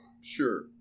Sure